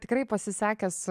tikrai pasisekęs